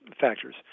factors